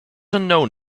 unknown